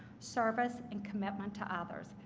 service, and commitment to others.